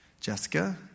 Jessica